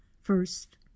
first